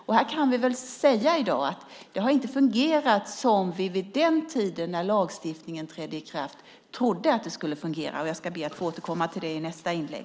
I dag kan vi väl säga att det inte har fungerat som vi vid den tiden då lagstiftningen trädde i kraft trodde att det skulle fungera. Jag ska be att få återkomma till detta i nästa inlägg.